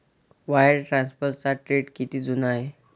Wire ट्रान्सफरचा trend किती जुना आहे?